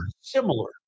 Similar